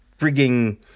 frigging